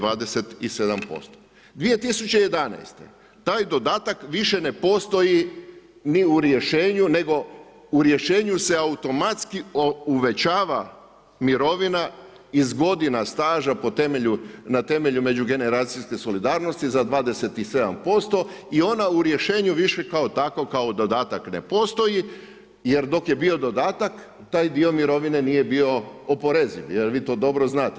2011. taj dodatak više ne postoji ni u rješenju nego u rješenju se automatski uvećava mirovina iz godina staža na temelju međugeneracijske solidarnosti za 27% i ona u rješenju više kao takav dodatak ne postoji jer dok je bio dodatak, taj dio mirovine nije bio oporeziv, vi to dobro znate.